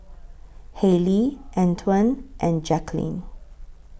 Haylie Antwan and Jaqueline